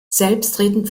selbstredend